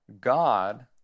God